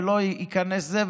ולא ייכנס זה,